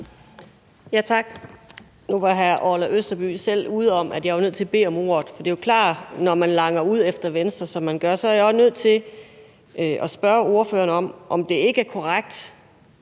(V): Tak. Nu er hr. Orla Østerby selv ude om, at jeg var nødt til at bede om ordet, for det er jo klart, at når man langer ud efter Venstre, som man gør, så er jeg også nødt til at spørge ordføreren, om det ikke er korrekt,